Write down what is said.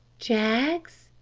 jaggs?